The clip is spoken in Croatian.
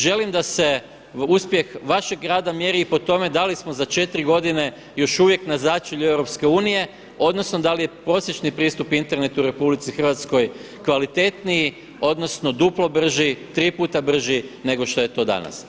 Želim da se uspjeh vašeg grada mjeri i po tome da li smo za 4 godine još uvijek na začelju EU odnosno da li je prosječni pristup internetu u RH kvalitetniji odnosno duplo brži, tri puta brži nego što je to danas.